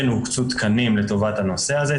כן הוקצו תקנים לטובת הנושא הזה.